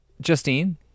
Justine